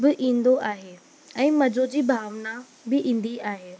बि ईंदो आहे ऐं मज़ो जी भावना बि ईंदी आहे